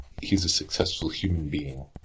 he's a successful human being.